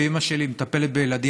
ואימא שלי מטפלת בילדים,